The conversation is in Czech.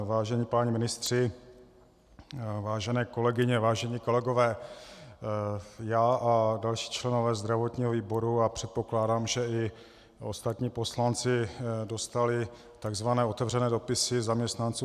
Vážení páni ministři, vážené kolegyně, vážení kolegové, já a další členové zdravotního výboru a předpokládám, že i ostatní poslanci jsme dostali tzv. otevřené dopisy zaměstnanců